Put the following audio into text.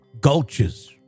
gulches